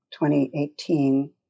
2018